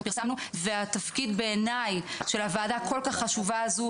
פרסמנו והתפקיד בעיניי של הוועדה הכול כך חשובה הזו,